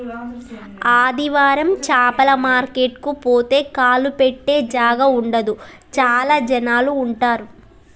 ఆదివారం చాపల మార్కెట్ కు పోతే కాలు పెట్టె జాగా ఉండదు చాల జనాలు ఉంటరు